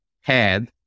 head